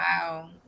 wow